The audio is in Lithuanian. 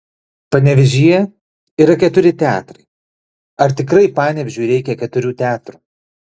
panevėžyje yra keturi teatrai ar tikrai panevėžiui reikia keturių teatrų